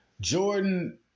Jordan